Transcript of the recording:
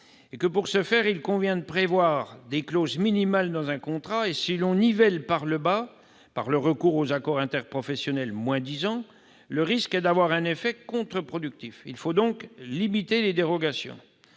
Pour ce faire, il convient de prévoir des clauses minimales dans un contrat. Si l'on nivelle par le bas, par le recours aux accords interprofessionnels moins-disants, le risque est d'avoir un effet contre-productif. Il faut donc limiter les dérogations.